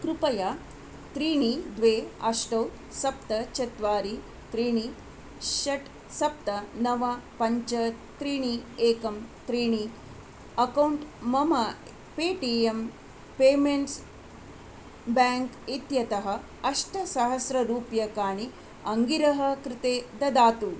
कृपया त्रीणि द्वे अष्टो सप्त चत्वारि त्रीणि षट् सप्त नव पञ्च त्रीणि एकं त्रीणि अक्कौण्ट् मम पेटीयम् पेमेण्ट्स् बेङ्क् इत्यतः अष्टसहस्ररूप्यकाणि अङ्गिरः कृते ददातु